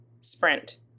sprint